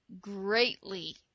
greatly